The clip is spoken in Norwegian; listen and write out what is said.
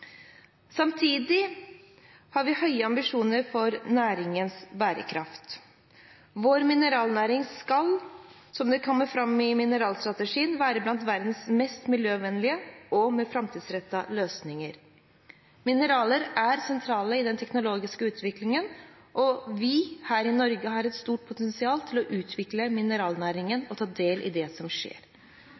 Samtidig har vi høye ambisjoner for næringens bærekraft. Vår mineralnæring skal, som det kommer fram i mineralstrategien, være blant verdens mest miljøvennlige og ha framtidsrettede løsninger. Mineraler er sentrale i den teknologiske utviklingen, og vi her i Norge har et stort potensial til å utvikle mineralnæringen og ta del i det som skjer.